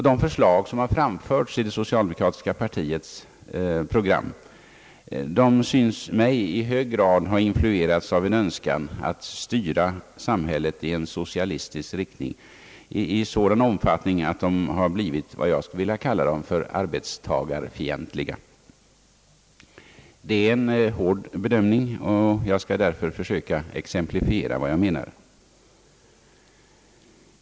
De förslag som framförts i det socialdemokratiska partiets program synes i sådan grad ha influerats av en önskan att styra samhället i en socialistisk riktning, att de har blivit vad jag vill kalla arbetstagarfientliga. Det är en hård bedömning, och jag skall därför försöka exemplifiera vad jag menar.